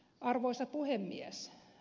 arvoisa puhemies